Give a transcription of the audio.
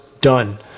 Done